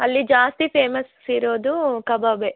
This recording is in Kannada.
ಅಲ್ಲಿ ಜಾಸ್ತಿ ಫೇಮಸ್ ಇರೋದು ಕಬಾಬೇ